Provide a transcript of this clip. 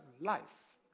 life